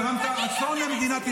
גרמת אסון למדינת ישראל.